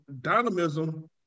dynamism